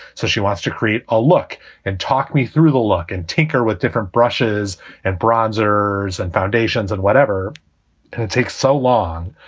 so she wants to create a look and talk me through the luck and tinker with different brushes and broadeners and foundations and whatever it takes so long.